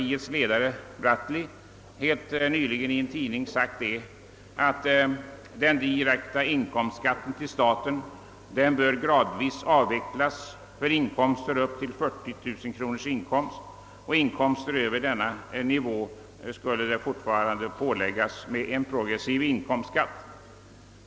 Dess ledare Bratteli har helt nyligen i ett tidningsuttalande sagt att den direkta inkomstskatten till staten gradvis bör avvecklas för inkomster upp till 40 000 kronor, och på inkomster däröver skulle fortfarande förekomma en progressiv inkomstskatt.